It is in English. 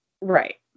Right